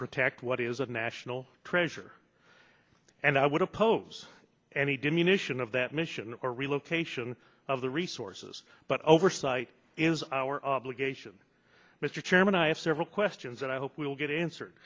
protect what is a national treasure and i would oppose any diminution of that mission or relocation of the resources but oversight is our obligation mr chairman i have several questions that i hope we will get answered